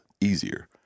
easier